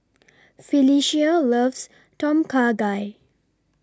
Phylicia loves Tom Kha Gai